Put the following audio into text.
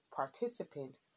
participant